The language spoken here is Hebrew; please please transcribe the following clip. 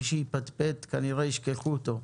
מי שיפטפט כנראה ישכחו אותו.